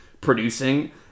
producing